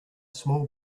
small